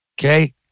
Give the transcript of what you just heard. okay